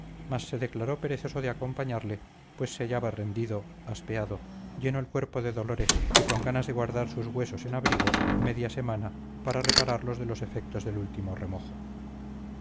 mas se declaró perezoso de acompañarle pues se hallaba rendido aspeado lleno el cuerpo de dolores y con ganas de guardar sus huesos en abrigo media semana para repararlos de los efectos del último remojo